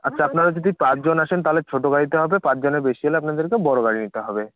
আচ্ছা আপনারা যদি চার জন আসেন তাহলে ছোটো গাড়িতে হবে পাঁচ জনের বেশি হলে আপনাদেরকে বড় গাড়ি নিতে হবে